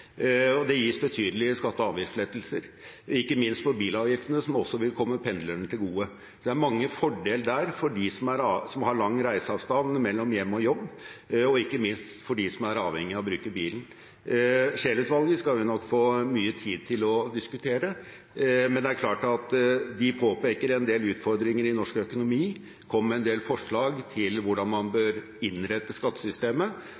og det gis betydelige skatte- og avgiftslettelser, ikke minst på bilavgiftene, som også vil komme pendlerne til gode. Så det er mange fordeler der for dem som har lang reiseavstand mellom hjem og jobb, og ikke minst for dem som er avhengige av å bruke bilen. Scheel-utvalget skal vi nok få mye tid til å diskutere, men det er klart at de påpeker en del utfordringer i norsk økonomi og kommer med en del forslag til hvordan man